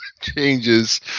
changes